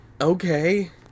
Okay